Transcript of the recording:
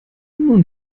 nun